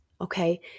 okay